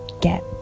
get